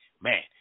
man